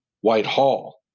Whitehall